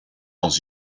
dans